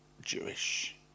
Jewish